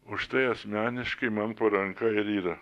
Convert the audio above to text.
o štai asmeniškai man po ranka ir yra